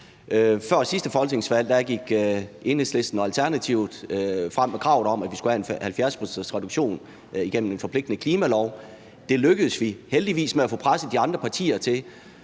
Før sidste folketingsvalg gik Enhedslisten og Alternativet frem med kravet om, at vi skulle have en 70-procentsreduktion igennem en forpligtende klimalov; det lykkedes vi heldigvis med at få presset de andre partier til.